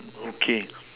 okay